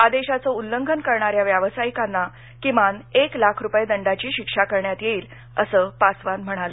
आदेशाचं उल्लंघन करणाऱ्या व्यावसायिकांना किमान एक लाख रुपये दंडाची शिक्षा करण्यात येईल असं पासवान म्हणाले